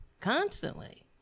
constantly